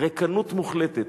ריקנות מוחלטת.